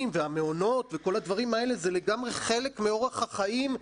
והמעונות וכל הדברים האלה זה לגמרי חלק מאורח החיים.